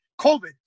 COVID